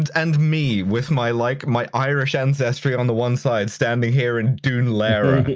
and me, with my like my irish ancestry on the one side standing here in dun laoghaire,